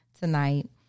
tonight